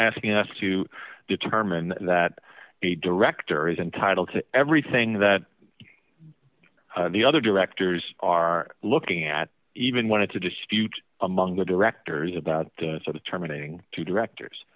asking us to determine that a director is entitled to everything that the other directors are looking at even when it's a dispute among the directors about terminating two directors